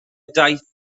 daith